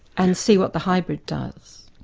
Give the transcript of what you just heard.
and see what the hybrid does.